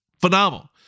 phenomenal